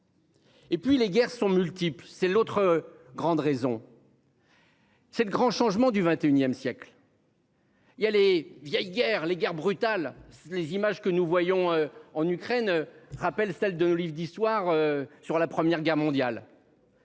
Et puis les guerres sont multiples, c'est l'autre grande raison. C'est le grand changement du XXIe siècle. Il y a les vieilles guerres les guerres brutal. Les images que nous voyons en Ukraine rappelle celle de nos livres d'histoire sur la première guerre mondiale.